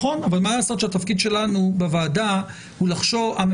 מה לעשות שהתפקיד שלנו בוועדה הוא לחשוב על האיזונים.